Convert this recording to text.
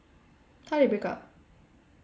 how they break up